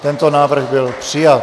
Tento návrh byl přijat.